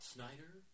Snyder